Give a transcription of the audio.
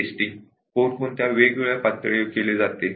testing कोणकोणत्या levels वर केली जाते